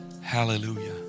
hallelujah